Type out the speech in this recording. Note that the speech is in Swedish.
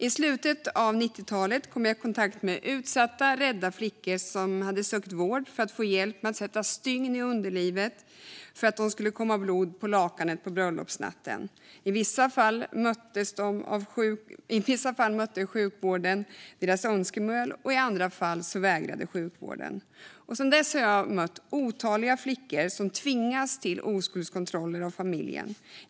I slutet av 1990-talet kom jag i kontakt med utsatta och rädda flickor som hade sökt vård för att få hjälp med att sätta stygn i underlivet för att det skulle komma blod på lakanet på bröllopsnatten. I vissa fall mötte sjukvården deras önskemål, och i andra fall vägrade sjukvården. Sedan dess har jag mött otaliga flickor som tvingats till oskuldskontroller av familjen.